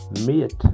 meet